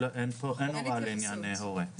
אין הוראה לעניין הורה.